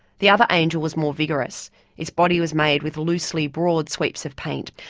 the other angel was more vigorous its body was made with loosely broad sweeps of paint,